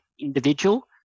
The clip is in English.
individual